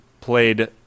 played